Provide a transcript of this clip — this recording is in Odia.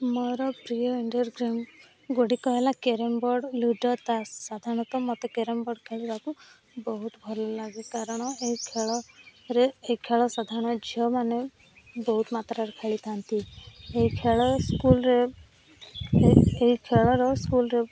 ମୋର ପ୍ରିୟ ଇଣ୍ଡୋର୍ ଗେମ୍ ଗୁଡ଼ିକ ହେଲା କ୍ୟାରମ୍ ବୋର୍ଡ଼ ଲୁଡ଼ୋ ତାସ୍ ସାଧାରଣତଃ ମୋତେ କ୍ୟାରମ୍ ବୋର୍ଡ଼ ଖେଳିବାକୁ ବହୁତ ଭଲ ଲାଗେ କାରଣ ଏହି ଖେଳରେ ଏହି ଖେଳ ସାଧାରଣ ଝିଅମାନେ ବହୁତ ମାତ୍ରାରେ ଖେଳିଥାନ୍ତି ଏଇ ଖେଳ ସ୍କୁଲ୍ରେ ଏ ଏହି ଖେଳର ସ୍କୁଲ୍ରେ